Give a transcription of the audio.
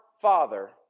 Father